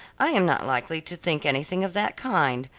i am not likely to think anything of that kind.